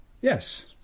Yes